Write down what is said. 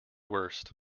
worst